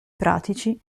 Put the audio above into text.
pratici